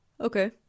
Okay